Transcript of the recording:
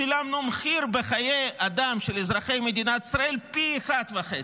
שילמנו מחיר בחיי אדם של אזרחי מדינת ישראל פי אחד וחצי.